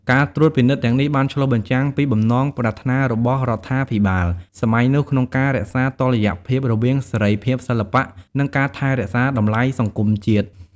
ការត្រួតពិនិត្យទាំងនេះបានឆ្លុះបញ្ចាំងពីបំណងប្រាថ្នារបស់រដ្ឋាភិបាលសម័យនោះក្នុងការរក្សាតុល្យភាពរវាងសេរីភាពសិល្បៈ និងការថែរក្សាតម្លៃសង្គមជាតិ។